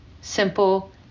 simple